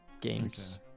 games